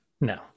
No